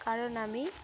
কারণ আমি